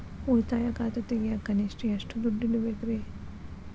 ಉಳಿತಾಯ ಖಾತೆ ತೆಗಿಯಾಕ ಕನಿಷ್ಟ ಎಷ್ಟು ದುಡ್ಡು ಇಡಬೇಕ್ರಿ?